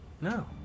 No